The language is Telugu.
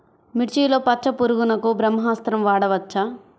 మిర్చిలో పచ్చ పురుగునకు బ్రహ్మాస్త్రం వాడవచ్చా?